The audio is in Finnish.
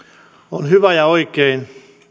on hyvä ja oikein